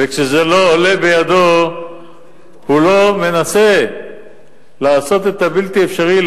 וכשזה לא עולה בידו הוא לא מנסה לעשות את הבלתי-אפשרי,